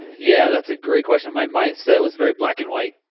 yeah, that's a great question. my mindset was very black and white,